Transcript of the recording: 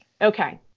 Okay